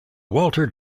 walter